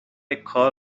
کار